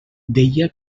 deia